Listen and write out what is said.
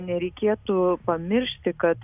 nereikėtų pamiršti kad